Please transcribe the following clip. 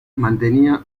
mantenía